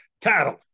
Cattle